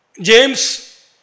James